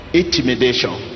intimidation